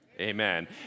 Amen